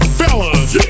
fellas